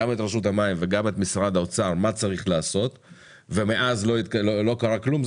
את רשות המים וגם את משרד האוצר בדיוק מה צריך לעשות ומאז לא קרה כלום,